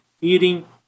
eating